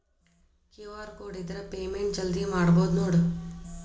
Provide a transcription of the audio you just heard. QR code ಇದ್ರ payment ಜಲ್ದಿ ಮಾಡಬಹುದು ನೋಡ್